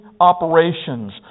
operations